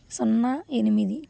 సున్నా ఎనిమిది